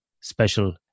special